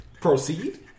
Proceed